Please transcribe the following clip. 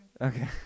Okay